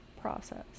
process